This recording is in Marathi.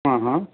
हं हं